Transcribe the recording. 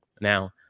Now